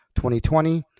2020